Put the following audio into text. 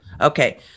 Okay